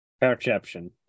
Perception